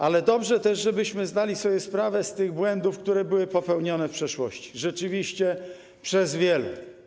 Ale dobrze też, żebyśmy zdali sobie sprawę z tych błędów, które były popełnione w przeszłości rzeczywiście przez wielu.